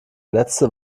letzte